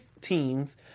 teams